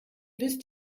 wisst